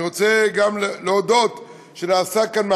אני רוצה גם להודות שנעשה כאן מאמץ,